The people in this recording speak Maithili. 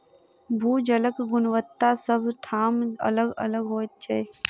भू जलक गुणवत्ता सभ ठाम अलग अलग होइत छै